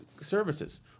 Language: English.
services